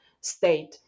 state